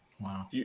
Wow